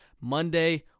Monday